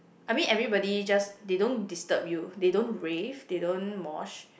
I mean everybody just they don't disturb you they don't rave they don't mosh